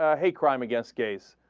ah hate crime against gays